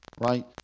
right